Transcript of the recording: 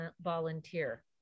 volunteer